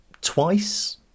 twice